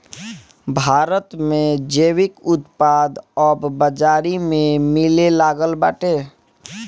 भारत में जैविक उत्पाद अब बाजारी में मिलेलागल बाटे